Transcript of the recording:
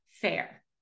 fair